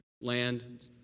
land